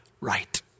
right